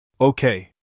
Okay